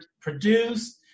produced